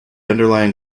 underlying